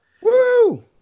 Woo